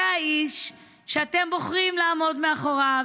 זה האיש שאתם בוחרים לעמוד מאחוריו.